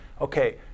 okay